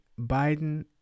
Biden